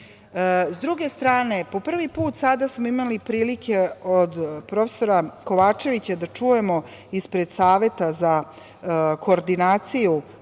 druge strane, po prvi put sada smo imali prilike od profesora Kovačevića da čujemo ispred Saveta za koordinaciju